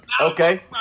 Okay